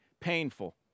painful